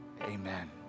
amen